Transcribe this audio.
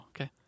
okay